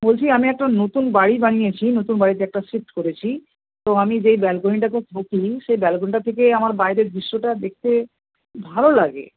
বলছি আমি একটা নতুন বাড়ি বানিয়েছি নতুন বাড়িতে একটা শিফট করেছি তো আমি যেই ব্যালকনিটাতে থাকি সেই ব্যালকনিটা থেকে আমার বাইরের দৃশ্যটা দেখতে ভালো লাগে